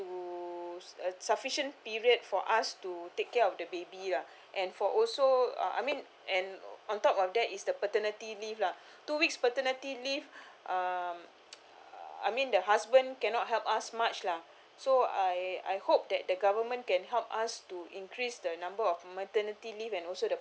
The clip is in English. to uh sufficient period for us to take care of the baby ah and for also uh I mean and on top of that is the paternity leave lah two weeks paternity leave uh I mean the husband cannot help us much lah so I I hope that the government can help us to increase the number of maternity leave and also the